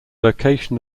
location